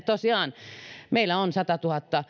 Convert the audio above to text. tosiaan on sata